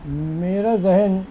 میرا ذہن